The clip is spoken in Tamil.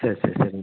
சரி சரி சரிங்க